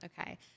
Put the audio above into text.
Okay